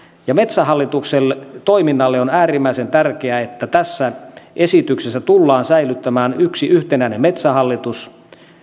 ja metsähallituksen toiminnalle on äärimmäisen tärkeää että tässä esityksessä tullaan säilyttämään yksi yhtenäinen metsähallitus